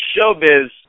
showbiz